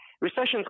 Recessions